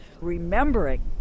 remembering